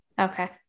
Okay